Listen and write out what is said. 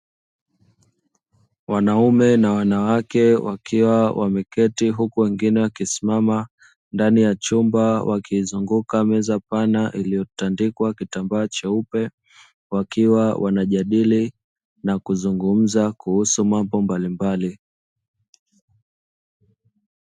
Wanaume na wanawake wakiwa wameketi, huku wengine wakisimama ndani ya chumba, wakizunguka meza pana iliyotandikwa kitambaa cheupe. Wakiwa wanajadili na kuzungumza kuhusu mambo mbalimbali.